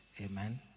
Amen